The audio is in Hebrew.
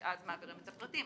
ואז מעבירים את הפרטים.